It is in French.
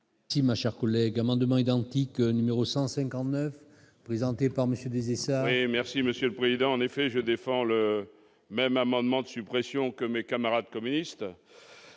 Si ma chère collègue amendements identiques numéro 159 présenté par Monsieur des essais. Oui, merci Monsieur le Président, en effet, je défends le même amendement de suppression que mes camarades communistes